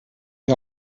die